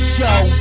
Show